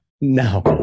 no